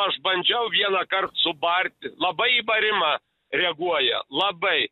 aš bandžiau vienąkart subarti labai į barimą reaguoja labai